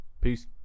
Peace